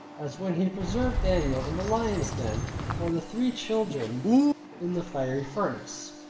as when he preserved daniel in the lion's den or the three children in the fiery furnace.